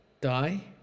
die